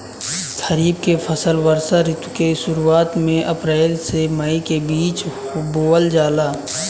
खरीफ के फसल वर्षा ऋतु के शुरुआत में अप्रैल से मई के बीच बोअल जाला